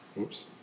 Oops